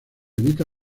evita